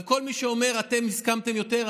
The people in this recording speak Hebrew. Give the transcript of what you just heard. לכל מי שאומר: אתם הסכמתם יותר,